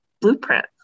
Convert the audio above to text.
blueprint